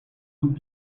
would